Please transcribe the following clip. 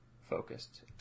focused